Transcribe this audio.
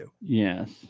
Yes